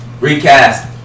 Recast